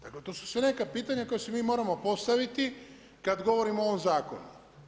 Dakle, to su sve neka pitanja koja si mi moramo postaviti kad govorimo o ovom Zakonu.